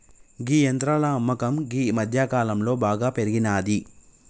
గీ యంత్రాల అమ్మకం గీ మధ్యకాలంలో బాగా పెరిగినాది